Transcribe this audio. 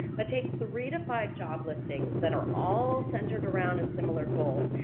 but take three to five job listings that are all centered around a similar goal,